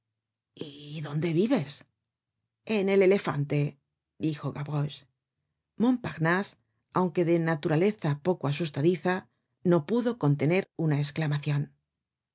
y dónde vives en el elefante dijo gavroche montparnase aunque de naturaleza poco asustadiza no pudo contener una esclamacion en